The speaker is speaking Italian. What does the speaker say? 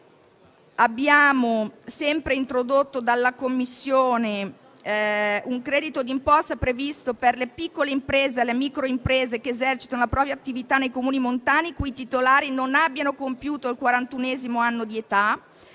Sempre introdotto dalla Commissione, abbiamo un credito d'imposta previsto per le piccole imprese e le microimprese che esercitano la propria attività nei Comuni montani i cui titolari non abbiano compiuto il quarantunesimo anno di età;